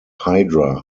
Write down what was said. hydra